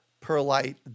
perlite